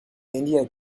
indian